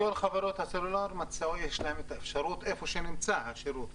לכל חברות הסלולר יש את האפשרות היכן שאין נמצא השירות.